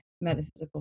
metaphysical